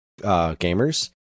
gamers